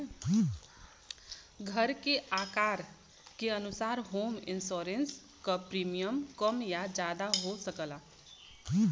घर के आकार के अनुसार होम इंश्योरेंस क प्रीमियम कम या जादा हो सकला